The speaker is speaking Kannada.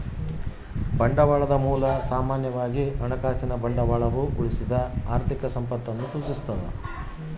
ಬಂಡವಾಳದ ಮೂಲ ಸಾಮಾನ್ಯವಾಗಿ ಹಣಕಾಸಿನ ಬಂಡವಾಳವು ಉಳಿಸಿದ ಆರ್ಥಿಕ ಸಂಪತ್ತನ್ನು ಸೂಚಿಸ್ತದ